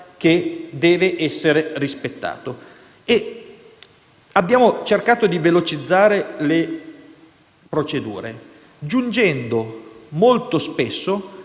che deve essere rispettato. Abbiamo cercato di velocizzare le procedure, giungendo molto spesso